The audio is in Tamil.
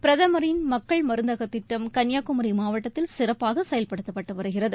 பிரதமரின் மக்கள் மருந்தகத் திட்டம் கன்னியாகுமரி மாவட்டத்தில் சிறப்பாக செயல்படுத்தப்பட்டு வருகிறது